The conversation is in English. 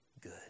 good